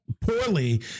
poorly